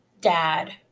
dad